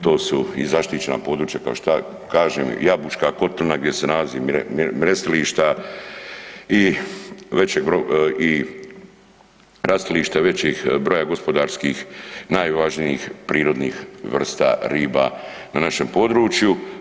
To su i zaštićena područja kao što kažem Jabučka kotlina gdje se nalaze mrijestilišta i rastilište većih broja gospodarskih najvažnijih prirodnih vrsta riba na našem području.